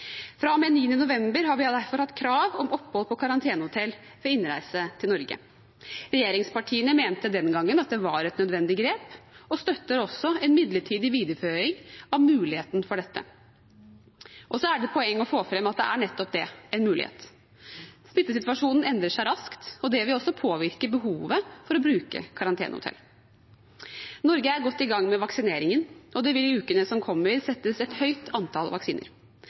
november 2020 har vi derfor hatt krav om opphold på karantenehotell ved innreise til Norge. Regjeringspartiene mente den gangen at det var et nødvendig grep, og støtter også en midlertidig videreføring av muligheten for dette. Og så er det et poeng å få fram at det er nettopp det: en mulighet. Smittesituasjonen endrer seg raskt, og det vil også påvirke behovet for å bruke karantenehotell. Norge er godt i gang med vaksineringen, og det vil i ukene som kommer, settes et høyt antall vaksiner.